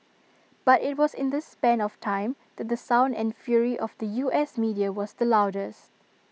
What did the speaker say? but IT was in this span of time that the sound and fury of the U S media was the loudest